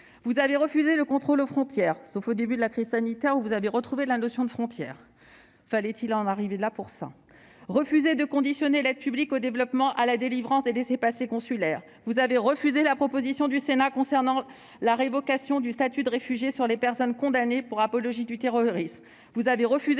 Vous avez refusé le contrôle aux frontières, sauf au début de la crise sanitaire où vous avez retrouvé la notion de frontières. Fallait-il en arriver là ? Vous avez refusé de conditionner l'aide publique au développement à la délivrance des laissez-passer consulaires. Vous avez refusé la proposition du Sénat concernant la révocation du statut de réfugié pour les personnes condamnées pour apologie du terrorisme.